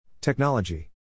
Technology